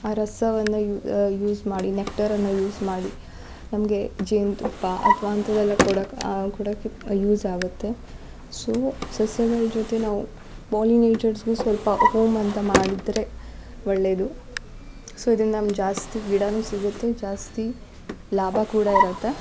ಆ ರಸವನ್ನು ಯೂಸ್ ಮಾಡಿ ನೆಕ್ಟರನ್ನು ಯೂಸ್ ಮಾಡಿ ನಮಗೆ ಜೇನು ತುಪ್ಪ ಅಥ್ವಾ ಅಂಥದೆಲ್ಲ ಕೊಡೋಕೆ ಕೊಡೋಕೆ ಯೂಸ್ ಆಗುತ್ತೆ ಸೊ ಸಸ್ಯಗಳು ಜೊತೆ ನಾವು ಪಾಲಿನೇಟರ್ಸ್ಗೂ ಸ್ವಲ್ಪ ಹೋಮ್ ಅಂತ ಮಾಡಿದರೆ ಒಳ್ಳೆಯದು ಸೊ ಇದನ್ನು ನಮ್ಮ ಜಾಸ್ತಿ ಗಿಡವೂ ಸಿಗುತ್ತೆ ಜಾಸ್ತಿ ಲಾಭ ಕೂಡ ಇರುತ್ತೆ